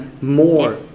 more